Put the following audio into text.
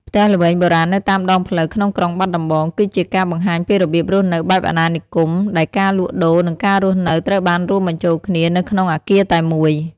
ផ្ទះល្វែងបុរាណនៅតាមដងផ្លូវក្នុងក្រុងបាត់ដំបង គឺជាការបង្ហាញពីរបៀបរស់នៅបែបអាណានិគម ដែលការលក់ដូរ និងការរស់នៅត្រូវបានរួមបញ្ចូលគ្នានៅក្នុងអគារតែមួយ។